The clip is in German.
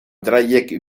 dreieck